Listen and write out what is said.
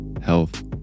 health